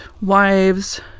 wives